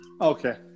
Okay